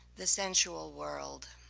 the sensual world,